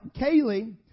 Kaylee